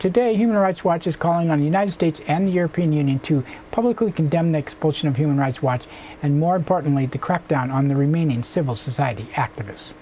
today human rights watch is calling on the united states and the european union to publicly condemn the expulsion of human rights watch and more importantly the crackdown on the remaining civil society activists